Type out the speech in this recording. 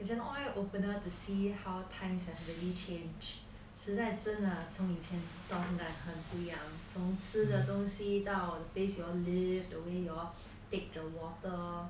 it is an eye opener to see how times have really change 时代真的从一前到现在很不一样从吃东西到 the place you all live the place take the water yeah